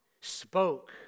spoke